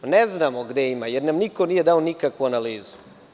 Ne znamo gde ima, jer nam niko nije dao nikakvu analizu.